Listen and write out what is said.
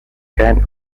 can